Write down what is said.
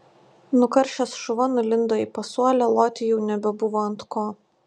nukaršęs šuva nulindo į pasuolę loti jau nebebuvo ant ko